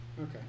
Okay